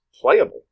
playable